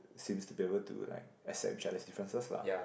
seems to be able to like accept each other's differences lah